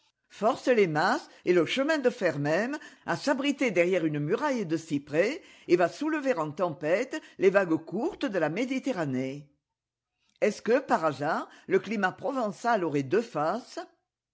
force les mas et le chemin de fer mêine à s'abriter derrière une muraille de cyprès et va soulever en tempête les vagues courtes de la méditerranée est-ce que par hasard le climat provençal aurait deux faces